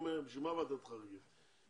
בשביל מה ועדת חריגים?